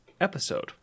episode